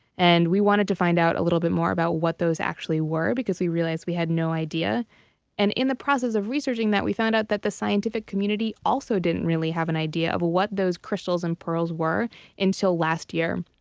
and we wanted to find out a little bit more about what those actually were because we realized we had no idea and in the process of researching that, we found out that the scientific community also didn't really have an idea of what those crystals and pearls were until last year.